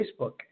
Facebook